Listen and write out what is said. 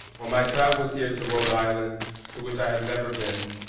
on my travels here to rhode island to which i have never been,